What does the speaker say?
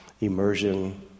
immersion